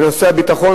בנושא הביטחון,